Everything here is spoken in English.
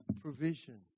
provision